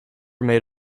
made